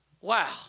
Wow